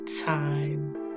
time